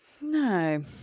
No